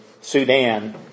Sudan